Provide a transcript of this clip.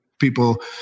people